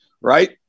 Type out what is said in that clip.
right